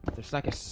there second